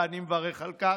ואני מברך על כך,